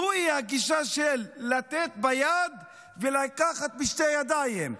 זוהי הגישה של לתת ביד ולקחת בשתי ידיים.